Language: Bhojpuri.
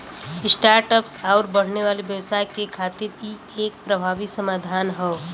स्टार्ट अप्स आउर बढ़ने वाले व्यवसाय के खातिर इ एक प्रभावी समाधान हौ